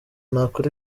ntakora